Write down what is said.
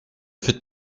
faites